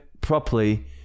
properly